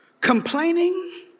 Complaining